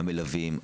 המלווים,